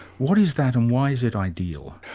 what is that, and why is it ideal?